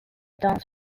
dance